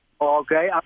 Okay